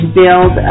build